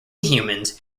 humans